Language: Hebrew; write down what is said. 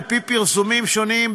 על פי פרסומים שונים,